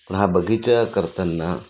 हा बगीचा करताना